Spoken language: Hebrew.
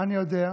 אני יודע,